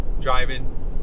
Driving